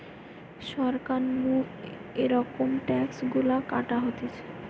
সরকার নু এরম ট্যাক্স গুলা কাটা হতিছে